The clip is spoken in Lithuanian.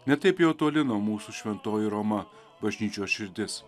ne taip jau toli nuo mūsų šventoji roma bažnyčios širdis